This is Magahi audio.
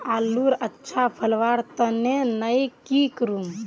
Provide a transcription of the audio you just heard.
आलूर अच्छा फलवार तने नई की करूम?